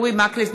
אורי מקלב,